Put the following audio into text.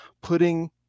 putting